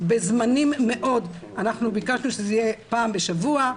אנחנו ביקשנו שזה יהיה פעם בשבוע,